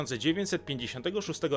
1956